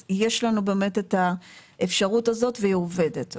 אז יש לנו באמת את האפשרות הזאת והיא עובדת.